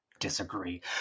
disagree